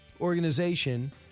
organization